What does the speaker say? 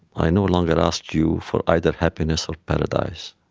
i no longer ask you for either happiness or paradise